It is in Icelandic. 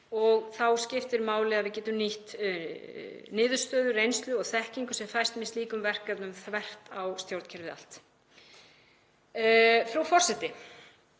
og þá skiptir máli að við getum nýtt niðurstöður, reynslu og þekkingu sem fæst með slíkum verkefnum þvert á stjórnkerfið allt. Frú forseti.